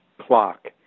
clock